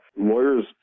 lawyers